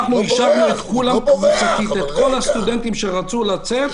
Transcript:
אנחנו אישרנו את כל הסטודנטים שרצו לצאת,